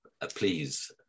please